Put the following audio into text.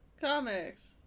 Comics